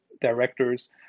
directors